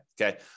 Okay